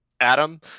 Adam